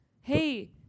Hey